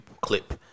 clip